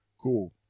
Cool